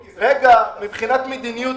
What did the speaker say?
יד --- מבחינת מדיניות,